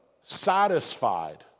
satisfied